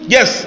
Yes